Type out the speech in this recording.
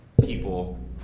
people